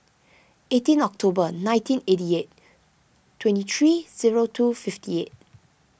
eighteen October nineteen eighty eight twenty three zero two fifty eight